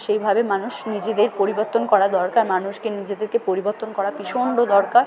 সেইভাবে মানুষ নিজেদের পরিবর্তন করা দরকার মানুষকে নিজেদেরকে পরিবর্তন করা ভীষণ দরকার